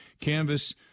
canvas